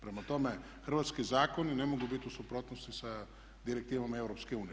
Prema tome, hrvatski zakoni ne mogu biti u suprotnosti sa direktivama EU.